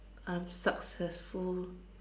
I'm successful